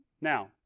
Now